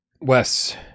Wes